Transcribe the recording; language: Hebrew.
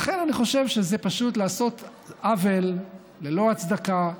לכן אני חושב שזה פשוט לעשות עוול ללא הצדקה,